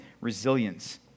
resilience